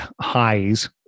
highs